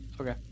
okay